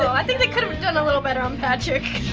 i think they could've done a little better on patrick.